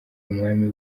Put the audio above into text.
umwami